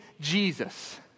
Jesus